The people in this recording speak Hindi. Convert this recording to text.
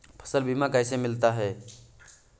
फसल बीमा कैसे मिलता है?